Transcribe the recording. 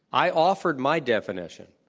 i offered my definition.